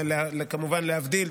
וכמובן להבדיל,